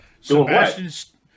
Sebastian